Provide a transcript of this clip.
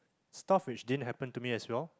stuff which didn't happen to me as well